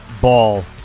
Ball